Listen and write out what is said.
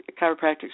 chiropractic